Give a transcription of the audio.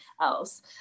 else